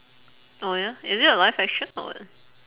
oh ya is it a live action or what